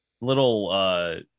little